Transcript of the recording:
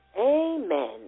Amen